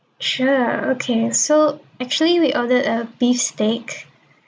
sure okay so actually we ordered a beef steak